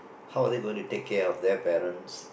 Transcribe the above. how are they gonna take care of their parents